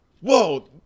Whoa